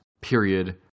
period